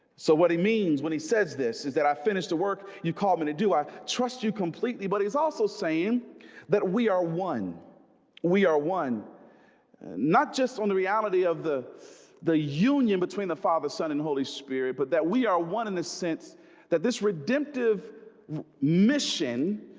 so what he means when he says this is that i finished the work you called me to do i trust you completely but it's also saying that we are one we are one not just on the reality of the the union between the father son and holy spirit but that we are one in a sense that this redemptive mission